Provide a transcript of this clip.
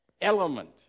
element